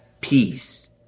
peace